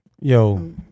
Yo